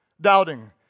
doubting